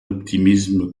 optimisme